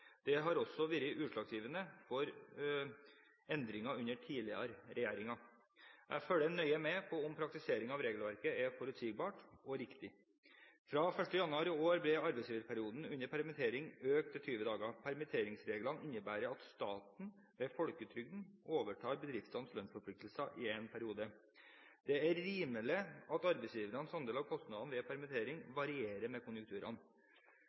Det har også vært utslagsgivende for endringer under tidligere regjeringer. Jeg følger nøye med på om praktiseringen av regelverket er forutsigbar og riktig. Fra 1. januar i år ble arbeidsgiverperioden under permittering økt til 20 dager. Permitteringsreglene innebærer at staten, ved folketrygden, overtar bedriftenes lønnsforpliktelser i en periode. Det er rimelig at arbeidsgivernes andel av kostnadene ved permittering varierer med konjunkturene.